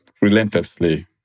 relentlessly